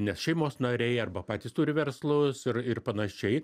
nes šeimos nariai arba patys turi verslus ir ir panašiai